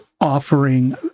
offering